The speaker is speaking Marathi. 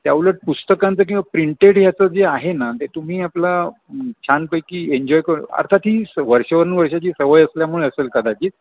त्या उलट पुस्तकांचं किंवा प्रिंटेड याचं जे आहे ना ते तुम्ही आपला छानपैकी एन्जॉय कर अर्थात ही स वर्षानुवर्षाची सवय असल्यामुळे असेल कदाचित